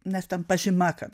nes ten pažyma kad